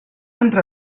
entrar